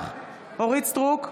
אורית סטרוק,